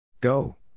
Go